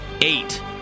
eight